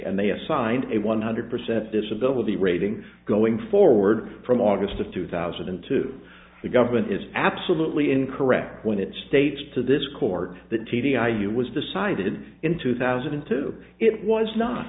and they assigned a one hundred percent disability rating going forward from august of two thousand and two the government is absolutely incorrect when it states to this court the t d i hugh was decided in two thousand and two it was not